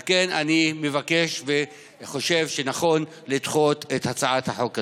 על כן אני מבקש וחושב שנכון לדחות את הצעת החוק הזאת.